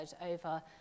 over